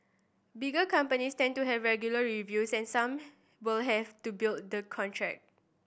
bigger companies tend to have regular reviews and some will have to built the contract